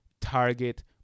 target